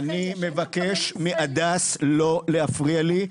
אני מבקש מהדס לא להפריע לי,